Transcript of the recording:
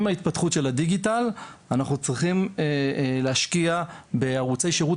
עם ההתפתחות של הדיגיטל אנחנו צריכים להשקיע בערוצי שירות